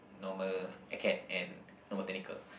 Normal Acad and Normal Technical